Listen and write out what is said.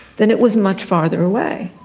then it was much farther away.